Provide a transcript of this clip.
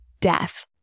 death